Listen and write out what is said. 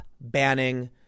banning